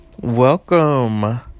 welcome